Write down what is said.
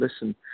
listen